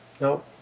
No